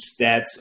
stats